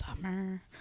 bummer